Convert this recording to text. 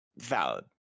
valid